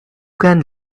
can